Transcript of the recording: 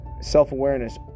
Self-awareness